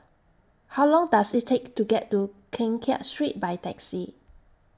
How Long Does IT Take to get to Keng Kiat Street By Taxi